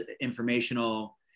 informational